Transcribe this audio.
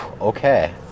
Okay